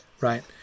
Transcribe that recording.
right